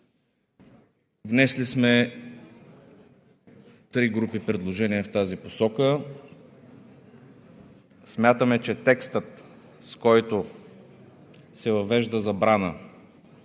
Внесли сме три групи предложения в тази посока. Смятаме, че текстът, с който се въвежда забрана